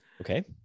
Okay